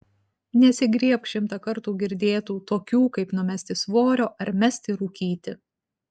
nesigriebk šimtą kartų girdėtų tokių kaip numesti svorio ar mesti rūkyti